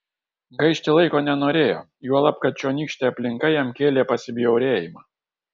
gaišti laiko nenorėjo juolab kad čionykštė aplinka jam kėlė pasibjaurėjimą